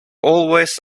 always